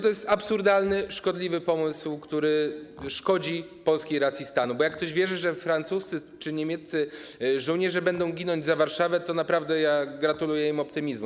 To jest absurdalny, szkodliwy pomysł, który szkodzi polskiej racji stanu, bo jak ktoś wierzy, że francuscy czy niemieccy żołnierze będą ginąć za Warszawę, to naprawdę gratuluję optymizmu.